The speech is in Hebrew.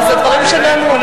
אבל זה דברים שנאמרו.